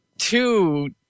Two